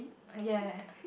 err ya